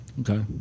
Okay